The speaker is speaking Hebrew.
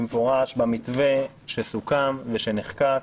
במפורש במתווה שסוכם ושנחקק,